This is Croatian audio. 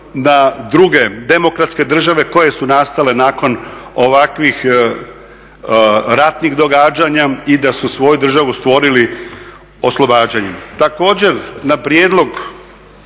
na druge demokratske države koje su nastale nakon ovakvih ratnih događanja i da su svoju državu stvorili oslobađanjem. Također na prijedlog